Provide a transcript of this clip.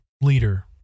leader